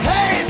Hey